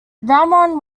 ramon